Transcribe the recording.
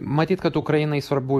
matyt kad ukrainai svarbu